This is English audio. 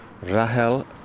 Rahel